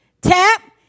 Tap